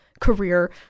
career